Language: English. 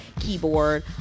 keyboard